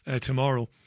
tomorrow